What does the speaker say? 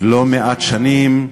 לא מעט שנים,